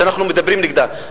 שאנחנו מדברים נגדן,